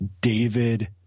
David –